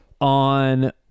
on –